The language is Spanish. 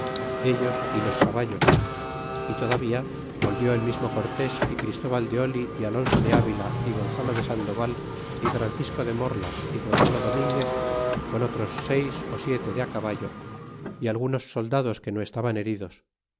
ellos y los caballos y todavía volvió el mismo cortes y christoval de y alonso de avila y gonzalo de sandoval y francisco de morla y gonzalo dominguez con otros seis ó siete de á caballo y algunos soldados que no estaban heridos